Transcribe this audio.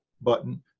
button